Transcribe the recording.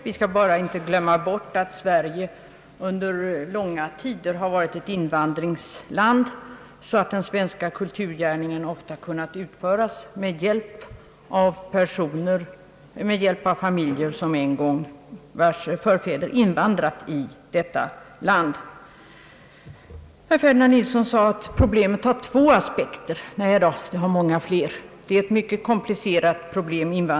Vi skall bara inte glömma bort att Sverige under långa tider har varit ett invandringsland och att den svenska kulturgärningen ofta kunnat utföras med hjälp av familjer vilkas förfäder invandrat till detta land. Herr Ferdinand Nilsson sade vidare att problemet har två aspekter. Nej, det har många fler. Problemet är komplicerat.